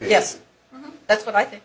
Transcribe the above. yes that's what i think